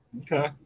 okay